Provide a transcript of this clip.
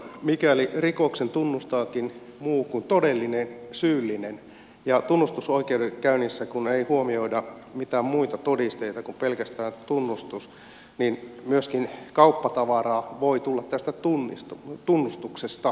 mikäli rikoksen tunnustaakin muu kuin todellinen syyllinen ja kun tunnustusoikeudenkäynnissä ei huomioida mitään muita todisteita kuin pelkästään tunnustus niin tästä tunnustuksesta itsessään voi tulla myöskin kauppatavaraa